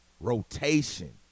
rotation